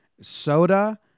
soda